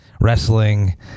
Wrestling